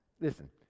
Listen